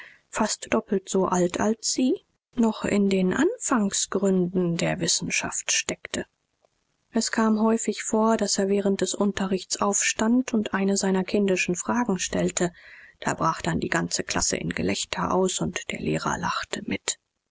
fast doppelt so alt als sie noch in den anfangsgründen der wissenschaft steckte es kam häufig vor daß er während des unterrichts aufstand und eine seiner kindischen fragen stellte da brach dann die ganze klasse in gelächter aus und der lehrer lachte mit